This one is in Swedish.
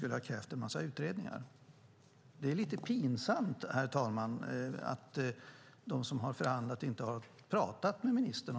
Det är tråkigt.